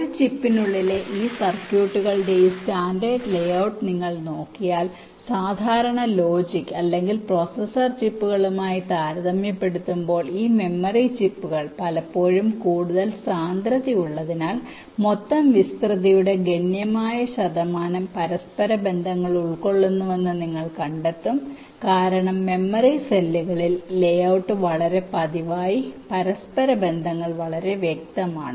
ഒരു ചിപ്പിനുള്ളിലെ ഈ സർക്യൂട്ടുകളുടെ ഈ സ്റ്റാൻഡേർഡ് ലേഔട്ട് നിങ്ങൾ നോക്കിയാൽ സാധാരണ ലോജിക് അല്ലെങ്കിൽ പ്രോസസർ ചിപ്പുകളുമായി താരതമ്യപ്പെടുത്തുമ്പോൾ ഈ മെമ്മറി ചിപ്പുകൾ പലപ്പോഴും കൂടുതൽ സാന്ദ്രതയുള്ളതിനാൽ മൊത്തം വിസ്തൃതിയുടെ ഗണ്യമായ ശതമാനം പരസ്പരബന്ധങ്ങൾ ഉൾക്കൊള്ളുന്നുവെന്ന് നിങ്ങൾ കണ്ടെത്തും കാരണം മെമ്മറി സെല്ലുകളിൽ ലേഔട്ട് വളരെ പതിവായി പരസ്പരബന്ധങ്ങൾ വളരെ വ്യക്തമാണ്